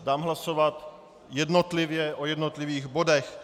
Dám hlasovat jednotlivě o jednotlivých bodech.